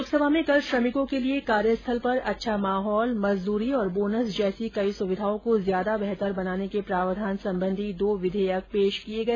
लोकसभा में कल श्रमिकों के लिए कार्यस्थल पर अच्छा माहौल मजदूरी तथा बोनस जैसी कई सुविधाओं को ज्यादा बेहतर बनाने के प्रावधान संबंधी दो विधेयक पेश किए गए